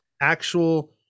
actual